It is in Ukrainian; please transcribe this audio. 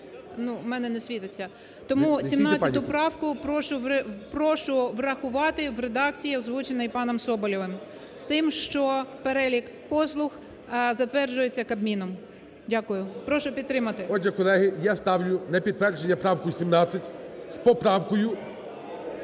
мене не світиться. Тому 17 правку прошу... прошу врахувати в редакції, озвученій паном Соболєвим, з тим, що перелік послуг затверджується Кабміном. Дякую. Прошу підтримати. ГОЛОВУЮЧИЙ. Отже, колеги, я ставлю на підтвердження правку 17 з поправкою,